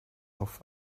auf